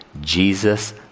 Jesus